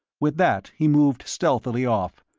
with that he moved stealthily off,